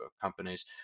companies